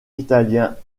italien